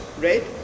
right